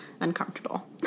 uncomfortable